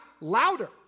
louder